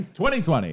2020